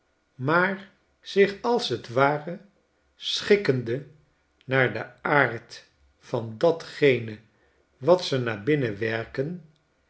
maar zich als t ware schikkende naar den aard van datgene wat ze naar binnen werken